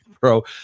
bro